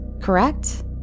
Correct